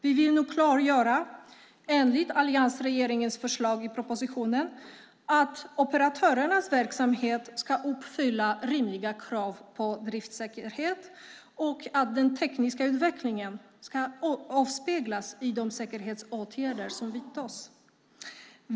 Vi vill nu klargöra att enligt alliansregeringens förslag i propositionen ska operatörernas verksamhet uppfylla rimliga krav på driftsäkerhet och den tekniska utvecklingen avspeglas i de säkerhetsåtgärder som vidtas.